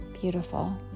Beautiful